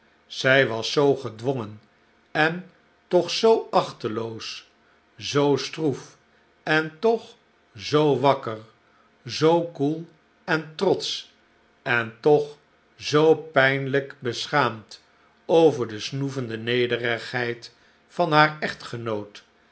zij was zoo gedwongen en toch zoo achteloos zoo stroef en toch zoo wakker zoo koel en trotsch en toch zoo pijnlijk beschaamd over de snoevende nederigheid van haar echtgenoot